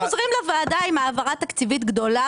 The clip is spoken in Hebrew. הם חוזרים לוועדה עם העברה תקציבית גדולה